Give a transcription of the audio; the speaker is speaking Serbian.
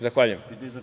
Zahvaljujem.